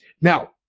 Now